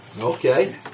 Okay